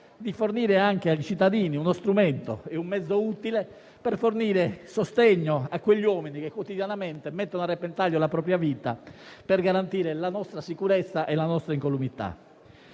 di fornire anche ai cittadini uno strumento e un mezzo utile per dare sostegno a quegli uomini che quotidianamente mettono a repentaglio la propria vita per garantire la nostra sicurezza e la nostra incolumità.